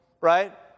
Right